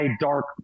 dark